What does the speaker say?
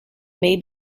may